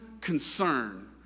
concern